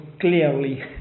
clearly